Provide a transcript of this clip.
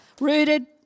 Rooted